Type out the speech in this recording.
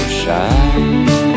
shine